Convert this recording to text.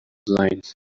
lines